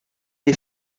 des